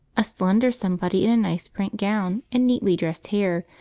a slender somebody in a nice print gown and neatly-dressed hair,